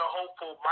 hopeful